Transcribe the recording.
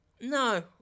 No